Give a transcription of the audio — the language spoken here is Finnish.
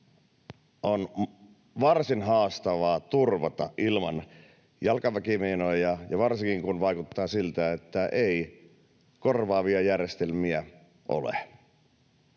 on varsin haastava turvata ilman jalkaväkimiinoja, varsinkin kun vaikuttaa siltä, että korvaavia järjestelmiä ei